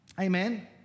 Amen